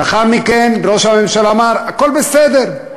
לאחר מכן, ראש הממשלה אמר: הכול בסדר.